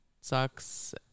sucks